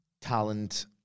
talent